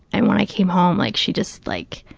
and when i came home, like she just like,